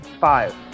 Five